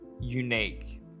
unique